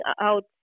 out